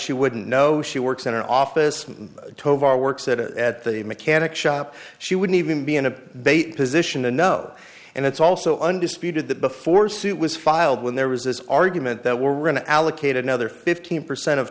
she wouldn't know she works in an office tovar works at at the mechanic shop she wouldn't even be in a bait position to know and it's also undisputed that before suit was filed when there was this argument that will run to allocate another fifteen percent of